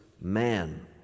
man